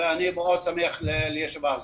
אני מאוד שמח על הישיבה הזאת.